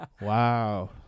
wow